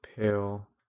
pale